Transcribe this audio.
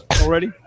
already